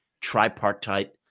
tripartite